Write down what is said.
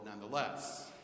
nonetheless